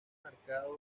marcado